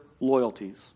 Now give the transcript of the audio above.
loyalties